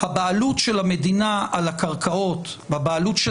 הבעלות של המדינה על הקרקעות והבעלות של